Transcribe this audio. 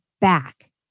back